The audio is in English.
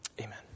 Amen